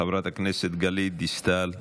חברת הכנסת גלית דיסטל אטבריאן,